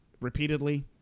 repeatedly